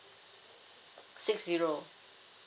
six zero